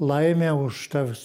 laimę už tą visą